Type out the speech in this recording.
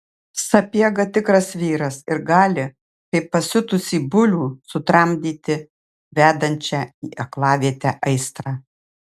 sapiega tikras vyras ir gali kaip pasiutusį bulių sutramdyti vedančią į aklavietę aistrą